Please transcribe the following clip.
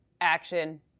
action